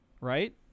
Right